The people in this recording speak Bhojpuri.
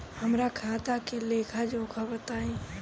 हमरा खाता के लेखा जोखा बताई?